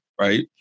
right